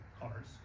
cars